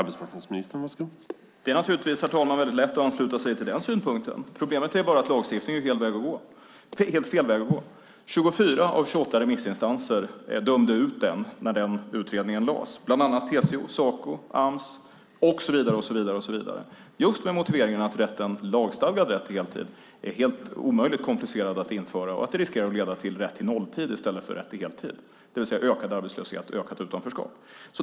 Herr talman! Det är lätt att ansluta sig till den synpunkten. Problemet är bara att lagstiftning är helt fel väg att gå. 24 av 28 remissinstanser dömde ut den vägen när utredningen lades fram, bland annat TCO, Saco, Ams med flera. Det gjorde man med motiveringen att lagstadgad rätt till heltid är omöjligt, alltför komplicerat, att införa och riskerar att leda till rätt till nolltid i stället för rätt till heltid, det vill säga ökad arbetslöshet och ökat utanförskap.